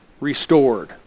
restored